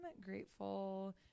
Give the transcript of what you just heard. grateful